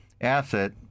asset